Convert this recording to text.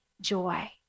joy